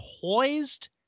poised